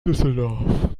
düsseldorf